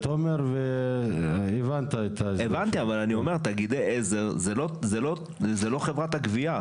עליו, לא כלל החובות כפי שמוגדר כעת.